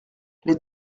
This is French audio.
les